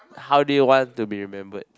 how do you want to be remembered